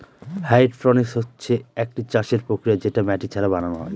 hydroponics হচ্ছে একটি চাষের প্রক্রিয়া যেটা মাটি ছাড়া বানানো হয়